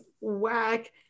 whack